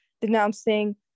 denouncing